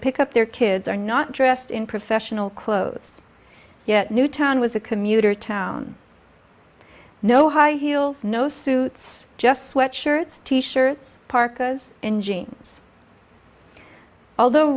pick up their kids are not dressed in professional clothes yet newtown was a commuter town no high heels no suits just sweatshirts t shirts parkas in jeans although